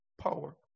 power